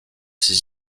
ces